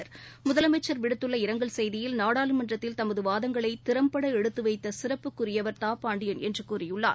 பழனிசாமி முதலமைச்சர் விடுத்துள்ள இரங்கல் செய்தியில் நாடாளுமன்றத்தில் தமது வாதங்களை திறம்பட எடுத்துவைத்த சிறப்புக்குரியர் தா பாண்டியன் என்று கூறியுள்ளார்